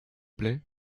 plait